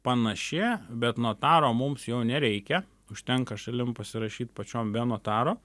panaši bet notaro mums jau nereikia užtenka šalim pasirašyt pačiom be notaro